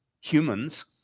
humans